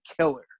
killer